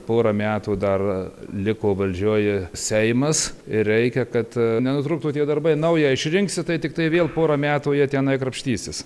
porą metų dar liko valdžioje seimas ir reikia kad nenutrūktų tie darbai naują išrinksi tai tiktai vėl porą metų jie tenai krapštysis